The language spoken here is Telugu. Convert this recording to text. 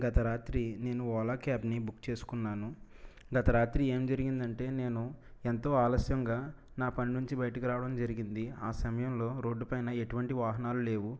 గత రాత్రి నేను ఓలా క్యాబ్ ని బుక్ చేసుకున్నాను గత రాత్రి ఏం జరిగిందంటే నేను ఎంతో ఆలస్యంగా నా పని నుంచి బయటకు రావడం జరిగింది ఆ సమయంలో రోడ్డు పైన ఎటువంటి వాహనాలు లేవు